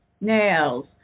nails